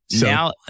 Now